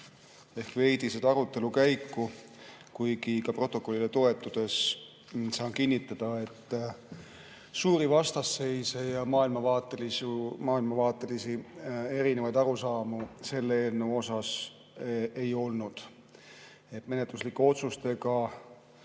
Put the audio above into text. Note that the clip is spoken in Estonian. ehk veidi seda arutelu käiku, kuigi ka protokollile toetudes saan kinnitada, et suuri vastasseise ja erinevaid maailmavaatelisi arusaamu selle eelnõu suhtes ei olnud. Menetluslike otsuste